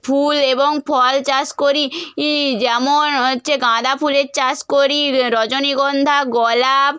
ফুল এবং ফল চাষ করি ই যেমন হচ্ছে গাঁদা ফুলের চাষ করি রজনীগন্ধা গোলাপ